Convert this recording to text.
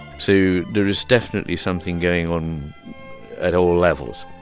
so there is definitely something going on at all levels.